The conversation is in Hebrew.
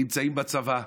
נמצאים בצבא,